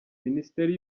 minisitiri